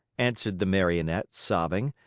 answered the marionette, sobbing,